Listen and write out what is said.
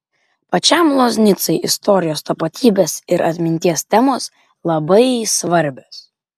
pačiam loznicai istorijos tapatybės ir atminties temos labai svarbios